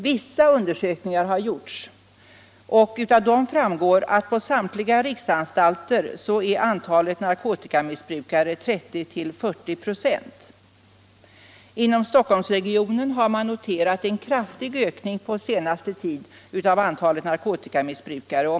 Vissa undersökningar har gjorts, och av dem framgår att andelen narkotikamissbrukare på samtliga riksanstalter uppgår till 30-40 26. Inom Stockholmsregionen har man på senaste tiden noterat en kraftig ökning av antalet narkotikamissbrukare.